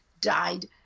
died